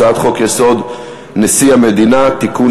הצעת חוק-יסוד: נשיא המדינה (תיקון,